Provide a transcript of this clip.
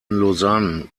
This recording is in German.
lausanne